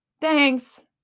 Thanks